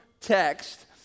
text